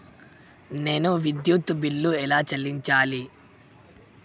నేను విద్యుత్ బిల్లు ఎలా చెల్లించాలి?